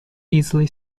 easily